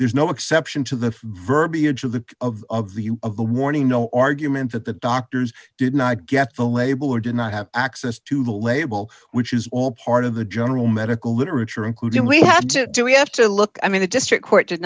there's no exception to the verbiage of the of the of the warning no argument that the doctors did not get the label or did not have access to the label which is all part of the general medical literature including we have to do we have to look i mean the district court did